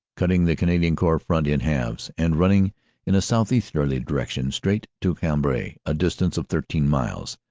cutting the canadian corps front in halves and running in a southeasterly direction straight to cambrai, a distance of thirteen miles,